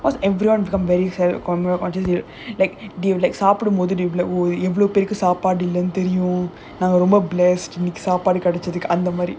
because everyone become very fair camera conscious like they will like சாப்பிடும் போது எவ்ளோ பேருக்கு சாப்பாடு இல்லனு தெரியுமா நாம ரொம்ப:saapidum pothu evlo perukku saapaadu illanu theriyumaa naama romba blessed அந்த மாதிரி:andha maadhiri